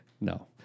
No